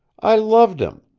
i loved him.